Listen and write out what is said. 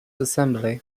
assembly